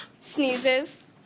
sneezes